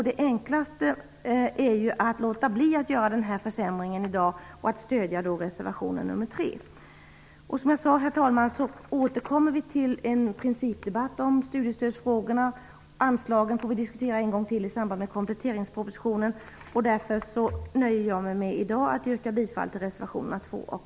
Det enklaste är att låta bli att göra den här försämringen i dag och stödja reservation nr 3. Som jag sade, herr talman, återkommer vi till en principdebatt om studiestödsfrågorna. Anslagen får vi diskutera en gång till i samband med kompletteringspropositionen. Därför nöjer jag mig i dag med att yrka bifall till reservationerna 2 och